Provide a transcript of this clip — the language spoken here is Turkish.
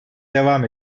devam